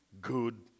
good